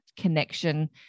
connection